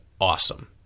awesome